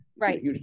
Right